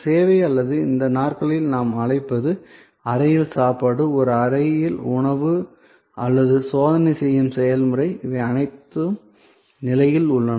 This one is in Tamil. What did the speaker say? சேவை அல்லது இந்த நாட்களில் நாம் அழைப்பது அறையில் சாப்பாடு ஒரு அறையில் உணவு அல்லது சோதனை செய்யும் செயல்முறை இவை அனைத்தும் நிலையில் உள்ளன